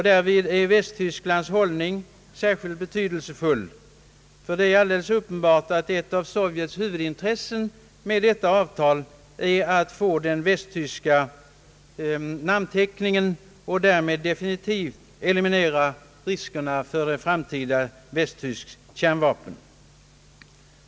Därvid är Västtysklands hållning särskilt betydelsefull, ty det är alldeles uppenbart att ett av Sovjets huvudintressen med detta avtal är att få den västtyska namnteckningen och därmed definitivt eliminera riskerna för ett framtida västtyskt kärnvapen.